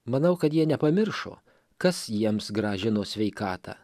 manau kad jie nepamiršo kas jiems grąžino sveikatą